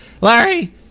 Larry